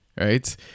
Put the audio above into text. right